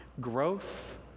growth